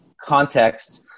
context